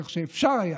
כך שאפשר היה